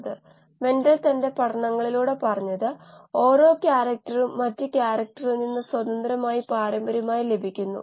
അതിനാൽ വലിയ തോതിലുള്ള ഉചിതമായ മാനദണ്ഡങ്ങൾ ചെറിയ തോതിൽ ഫലപ്രദമായവയ്ക്ക് തുല്യമായി ശരിയാക്കുന്നു